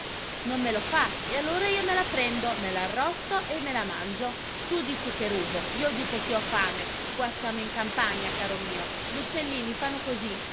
non me lo fa e allora io me la prendo me l'arrosto e me la mangio tu dici che rubo io dico che ho fame qua siamo in campagna caro mio gli uccellini fanno così